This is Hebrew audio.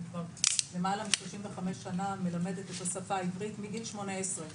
אני כבר למעלה מ-35 שנה מלמדת את השפה העברית מגיל 18,